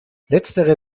letztere